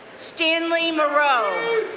stanley marone,